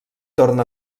torna